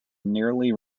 nearly